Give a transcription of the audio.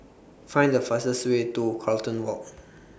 Find The fastest Way to Carlton Walk